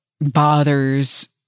bothers